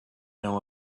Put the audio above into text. know